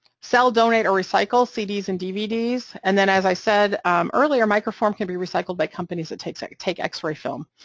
sell, donate, or recycle cd's and dvds, and then, as i said earlier, microform can be recycled by companies that take that take x-ray film,